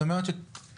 את אומרת שעשרים,